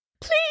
Please